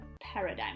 paradigm